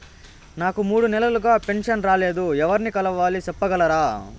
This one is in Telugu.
నాకు మూడు నెలలుగా పెన్షన్ రాలేదు ఎవర్ని కలవాలి సెప్పగలరా?